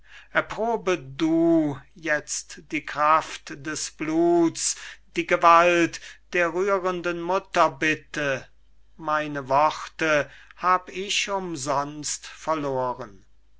erprobe du jetzt die kraft des blutes die gewalt der rührenden mutterbitte meine worte hab ich umsonst verloren